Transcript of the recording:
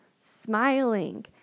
smiling